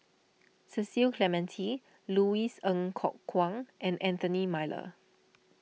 Cecil Clementi Louis Ng Kok Kwang and Anthony Miller